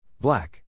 Black